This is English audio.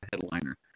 headliner